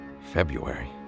February